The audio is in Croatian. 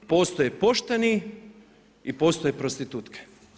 Postoje pošteni i postoje prostitutke.